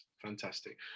Fantastic